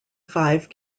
five